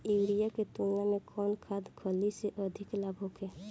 Urea के तुलना में कौन खाध खल्ली से अधिक लाभ होखे?